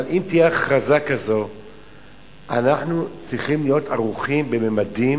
אבל אם תהיה הכרזה כזאת אנחנו צריכים להיות ערוכים בממדים,